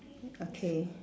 okay